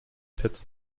pit